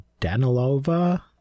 Danilova